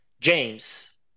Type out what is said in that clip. james